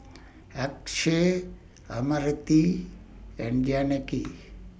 Akshay Amartya and Janaki